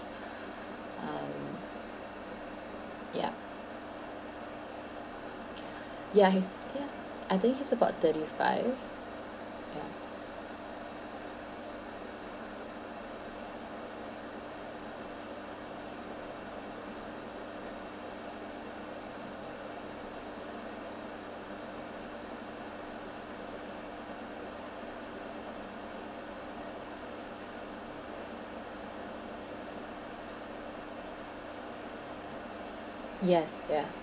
um yup ya he's I think he's about thirty five ya yes ya